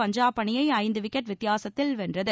பஞ்சாப் அணியை ஐந்து விக்கெட் வித்தியாசத்தில் வென்றது